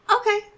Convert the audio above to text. Okay